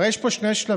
הרי יש פה שני שלבים.